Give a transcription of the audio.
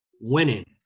winning